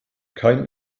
kein